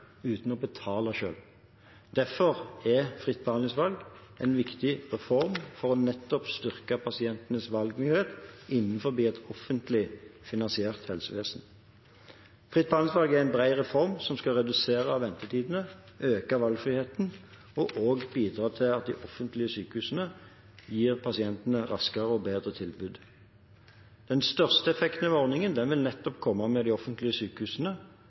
uten å betale selv. Derfor er fritt behandlingsvalg en viktig reform for nettopp å styrke pasientenes valgmulighet innenfor et offentlig finansiert helsevesen. Fritt behandlingsvalg er en bred reform som skal redusere ventetidene, øke valgfriheten og bidra til at de offentlige sykehusene gir pasientene raskere og bedre tilbud. Den største effekten ved ordningen vil komme nettopp ved de offentlige sykehusene